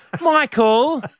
Michael